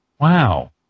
Wow